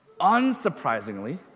Unsurprisingly